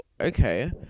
okay